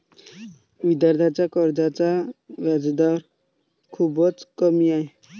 विद्यार्थ्यांच्या कर्जाचा व्याजदर खूपच कमी आहे